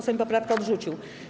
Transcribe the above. Sejm poprawkę odrzucił.